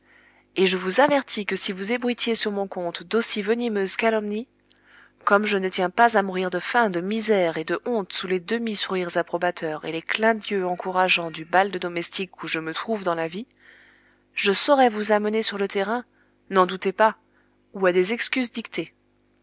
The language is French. et je vous avertis que si vous ébruitiez sur mon compte d'aussi venimeuses calomnies comme je ne tiens pas à mourir de faim de misère et de honte sous les demi sourires approbateurs et les clins d'yeux encourageants du bal de domestiques où je me trouve dans la vie je saurais vous amener sur le terrain n'en doutez pas ou à des excuses dictées